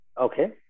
Okay